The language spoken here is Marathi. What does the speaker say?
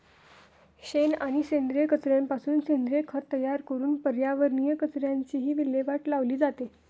शेण आणि सेंद्रिय कचऱ्यापासून सेंद्रिय खत तयार करून पर्यावरणीय कचऱ्याचीही विल्हेवाट लावली जाते